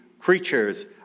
Creatures